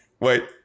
Wait